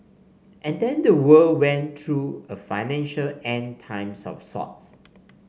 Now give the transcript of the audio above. and then the world went through a financial End Times of sorts